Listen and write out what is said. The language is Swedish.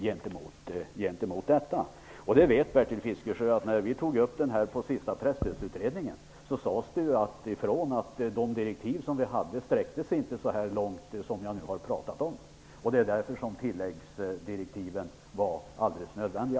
Bertil Fiskesjö pekade på att det när vi tog upp detta i den senaste presstödsutredningen sades ifrån att våra direktiv inte sträckte sig så långt i den riktning som jag nu har angivit, och därför var tilläggsdirektiven alldeles nödvändiga.